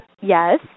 Yes